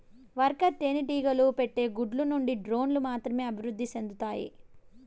worker తేనెటీగలు పెట్టే గుడ్ల నుండి డ్రోన్లు మాత్రమే అభివృద్ధి సెందుతాయి